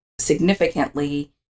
significantly